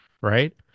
right